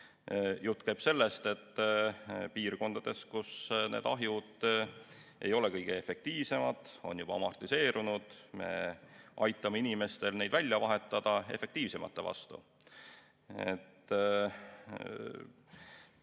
Jutt käib sellest, et piirkondades, kus ahjud ei ole kõige efektiivsemad, on juba amortiseerunud, me aitame inimestel neid välja vahetada efektiivsemate vastu.